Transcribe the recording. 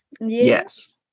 Yes